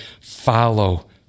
follow